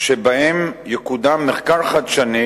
שבהם יקודם מחקר חדשני,